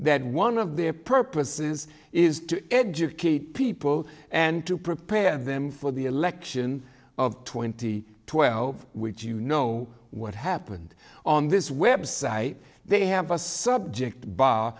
that one of their purposes is to educate people and to prepare them for the election of twenty twelve which you know what happened on this website they have a subject b